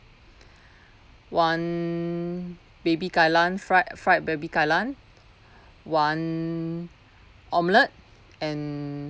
one baby kai lan fried fried baby kai lan one omelette and